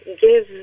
give